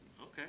Okay